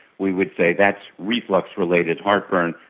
we would say that's reflux related heartburn,